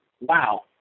wow